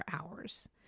hours